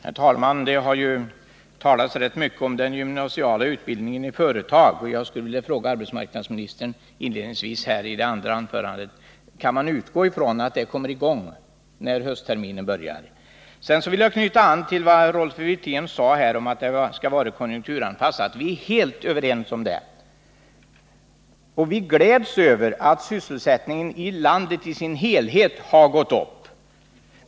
Herr talman! Det har talats rätt mycket om den gymnasiala utbildningen inom företag. Inledningsvis skulle jag här i mitt andra anförande vilja ställa en fråga till arbetsmarknadsministern: Kan man utgå från att denna utbildning kommer i gång när höstterminen börjar? Sedan vill jag knyta an till vad Rolf Wirtén sade om en konjunkturanpassad medelstilldelning. Vi är helt överens på den punkten, och vi gläds över att sysselsättningen i landet i dess helhet har gått upp.